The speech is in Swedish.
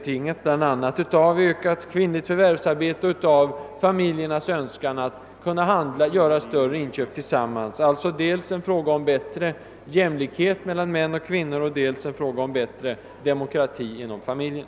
Detta krav är bl.a. betingat av ökat kvinnligt förvärvsarbete och av familjernas önskan att tillsammans göra större inköp. Det är alltså dels en fråga om bättre jämlikhet mellan män och kvinnor, dels en fråga om bättre demokrati inom familjen.